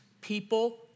people